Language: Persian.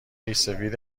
ریشسفید